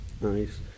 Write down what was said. Nice